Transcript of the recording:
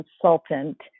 consultant